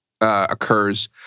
occurs